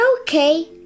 okay